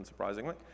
unsurprisingly